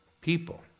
people